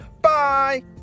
bye